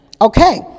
Okay